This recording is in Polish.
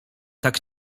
tak